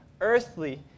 earthly